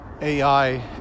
AI